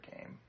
game